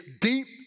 deep